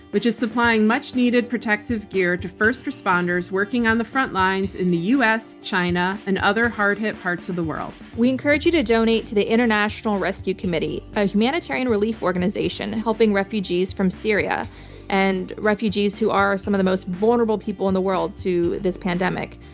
which is supplying much needed protective gear to first responders working on the frontlines in the u. s, china, and other hard hit parts of the world. we encourage you to donate to the international rescue committee, a humanitarian relief organization helping refugees from syria and refugees who are some of the most vulnerable people in the world to this pandemic.